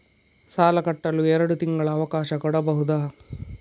ಸಾಲ ಕಟ್ಟಲು ಎರಡು ತಿಂಗಳ ಅವಕಾಶ ಕೊಡಬಹುದಾ?